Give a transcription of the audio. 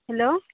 hello